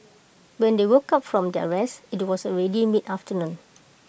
when they woke up from their rest IT was already mid afternoon